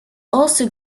also